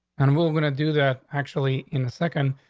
and we're gonna do that actually in a second.